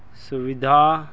ਸੁਵਿਧਾ